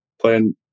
playing